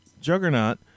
Juggernaut